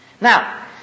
Now